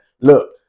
look